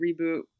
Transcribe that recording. reboot